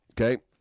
okay